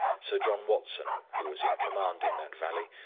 sir john watson, who was in command in that valley,